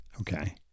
Okay